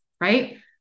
right